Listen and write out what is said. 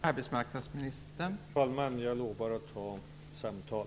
Fru talman! Jag lovar att ta samtal.